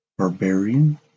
Barbarian